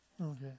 Okay